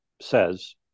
says